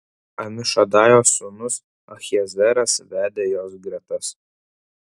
amišadajo sūnus ahiezeras vedė jos gretas